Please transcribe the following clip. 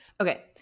Okay